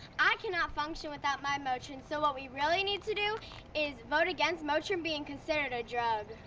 i can not function without my motrin so what we really need to do is vote against motrin being considered a drug.